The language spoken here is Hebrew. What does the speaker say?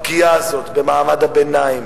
הפגיעה הזאת במעמד הביניים,